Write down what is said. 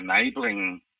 enabling